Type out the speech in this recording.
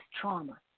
trauma